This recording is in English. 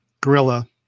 gorilla